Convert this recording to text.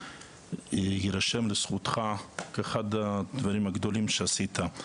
יירשם לזכותך כאחד הדברים הגדולים שעשית.